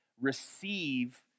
receive